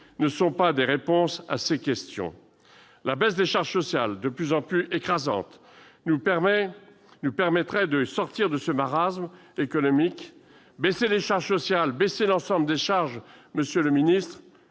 ne constituent pas des réponses à ces questions. La baisse des charges sociales, de plus en plus écrasantes, nous permettrait de sortir de ce marasme économique. Baisser l'ensemble des charges, monsieur le ministre,